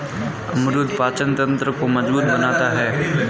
अमरूद पाचन तंत्र को मजबूत बनाता है